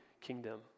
kingdom